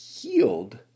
healed